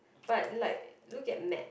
but like look at Matt